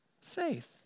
faith